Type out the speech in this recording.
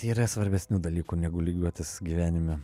yra svarbesnių dalykų negu lygiuotis gyvenime